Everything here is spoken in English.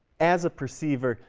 as a perceiver.